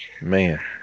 Man